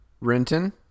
Renton